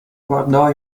guardò